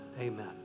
amen